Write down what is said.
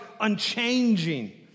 unchanging